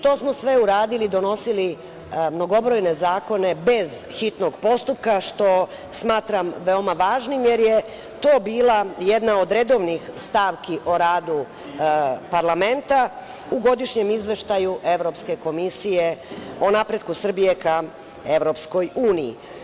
To smo sve uradili, donosili mnogobrojne zakone bez hitnog postupka, što smatram veoma važnim, jer je to bila jedna od redovnih stavki o radu parlamenta u godišnjem izveštaju Evropske komisije o napretku Srbije ka EU.